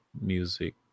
music